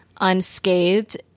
unscathed